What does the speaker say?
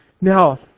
Now